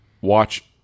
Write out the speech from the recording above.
watch